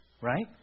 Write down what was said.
Right